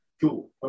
Cool